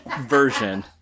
version